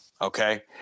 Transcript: okay